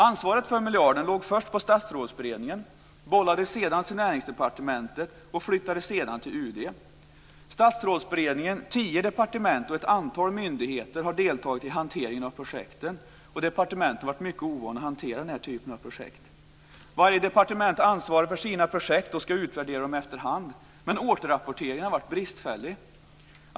Ansvaret för miljarden låg först på statsrådsberedningen, bollades sedan till Näringsdepartementet och flyttade sedan till UD. Statsrådsberedningen, tio departement och ett antal myndigheter har deltagit i hanteringen av projekten. Och departementen har varit mycket ovana vid att hantera den här typen av projekt. Varje departement har ansvar för sina projekt och ska utvärdera dem efter hand. Men återrapporteringen har varit bristfällig.